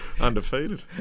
Undefeated